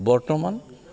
বৰ্তমান